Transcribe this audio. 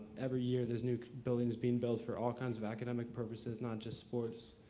every year there's new buildings being built for all kinds of academic purposes, not just sports.